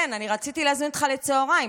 כן, אני רציתי להזמין אותך לצוהריים.